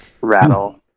rattle